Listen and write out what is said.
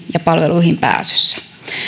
ja palveluihin pääsyssä